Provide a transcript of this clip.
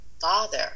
father